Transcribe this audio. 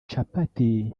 capati